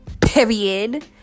period